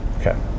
Okay